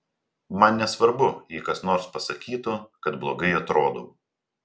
man nesvarbu jei kas nors pasakytų kad blogai atrodau